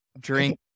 drink